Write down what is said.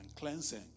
Cleansing